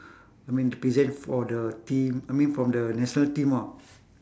I mean to represent for the team I mean from the national team ah